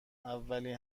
اولین